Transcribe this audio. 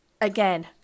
Again